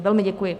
Velmi děkuji.